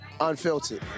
Unfiltered